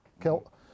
kilt